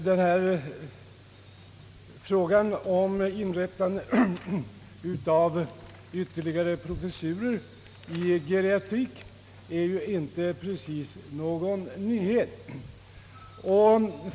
Herr talman! Frågan om inrättande av ytterligare professurer i geriatrik är ju inte precis någon nyhet.